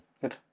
Good